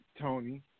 Tony